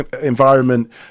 environment